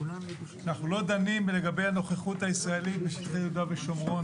אנחנו לא דנים לגבי הנוכחות הישראלית בשטחי יהודה ושומרון,